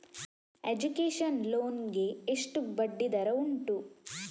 Education loan ಗೆ ಎಷ್ಟು ಬಡ್ಡಿ ದರ ಉಂಟು?